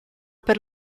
per